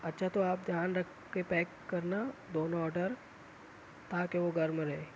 اچھا تو آپ دھیان رکھ کے پیک کرنا دونوں آڈر تاکہ وہ گرم رہے